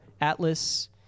Atlas